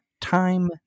Time